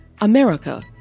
America